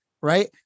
right